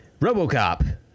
RoboCop